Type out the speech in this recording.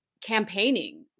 campaigning